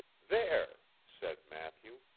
there, said matthew,